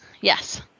Yes